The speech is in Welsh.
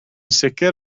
sicr